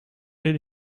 did